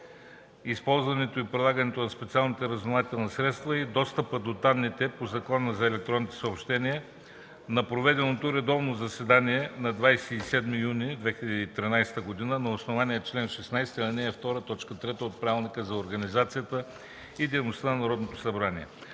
използването и прилагането на специалните разузнавателни средства и достъпа до данните по Закона за електронните съобщения: На проведеното редовно заседание на 27 юни 2013 г. на основание чл. 16, ал. 2, т. 3 от Правилника за организацията и дейността на Народното събрание